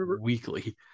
weekly